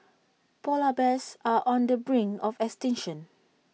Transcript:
Polar Bears are on the brink of extinction